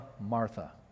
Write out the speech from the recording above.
Martha